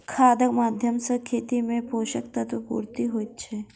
खादक माध्यम सॅ खेत मे पोषक तत्वक पूर्ति होइत छै